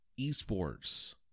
esports